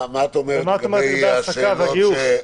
ומה את אומרת לגבי העסקה וגיוס?